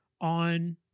on